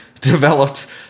developed